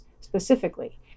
specifically